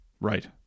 Right